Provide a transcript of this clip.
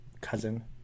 cousin